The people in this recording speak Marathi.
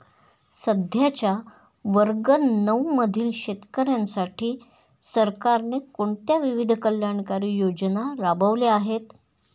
सध्याच्या वर्ग नऊ मधील शेतकऱ्यांसाठी सरकारने कोणत्या विविध कल्याणकारी योजना राबवल्या आहेत?